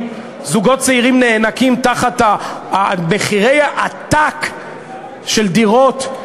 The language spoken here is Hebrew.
זוגות צעירים נאנקים תחת מחירי העתק של דירות,